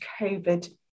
covid